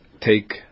Take